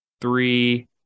three